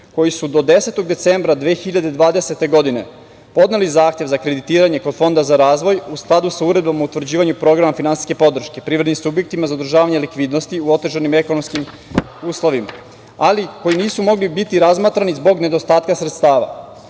koji su do 10. decembra 2020. godine podneli zahtev za kreditiranje kod Fonda za razvoj u skladu sa Uredbom o utvrđivanju programa finansijske podrške privrednim subjektima za održavanje likvidnosti u otežanim ekonomskim uslovima, ali koji nisu mogli biti razmatrani zbog nedostatka sredstava. Ono